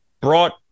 brought